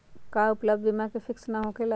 का उपलब्ध बीमा फिक्स न होकेला?